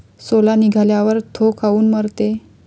सोला निघाल्यावर थो काऊन मरते?